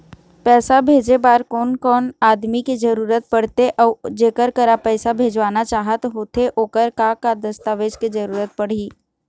पैसा भेजे बार कोन कोन आदमी के जरूरत पड़ते अऊ जेकर करा पैसा भेजवाना चाहत होथे ओकर का का दस्तावेज के जरूरत पड़ही?